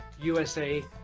USA